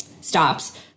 stops